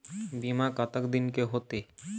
बीमा कतक दिन के होते?